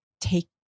take